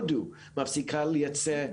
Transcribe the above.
שהודו מפסיקה לייצא חיטה.